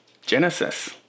Genesis